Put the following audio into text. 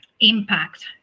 impact